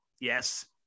Yes